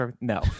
No